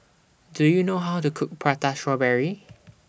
Do YOU know How to Cook Prata Strawberry